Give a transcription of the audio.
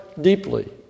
deeply